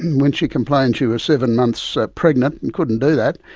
and when she complained she was seven months pregnant and couldn't do that,